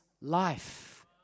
life